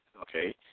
okay